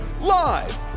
live